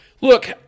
look